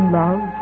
love